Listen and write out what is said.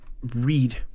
read